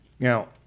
Now